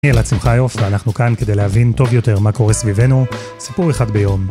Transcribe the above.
אני אלעד שמחיוף ואנחנו כאן כדי להבין טוב יותר מה קורה סביבנו, סיפור אחד ביום.